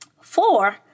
Four